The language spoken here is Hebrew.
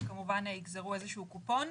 כמובן הם יגזרו איזשהו קופון.